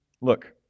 Look